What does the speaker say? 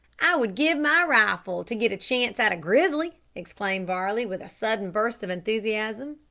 i would give my rifle to get a chance at a grizzly! exclaimed varley, with a sudden burst of enthusiasm.